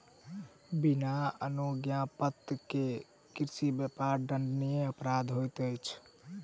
बिना अनुज्ञापत्र के कृषि व्यापार दंडनीय अपराध होइत अछि